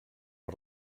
per